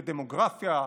לדמוגרפיה,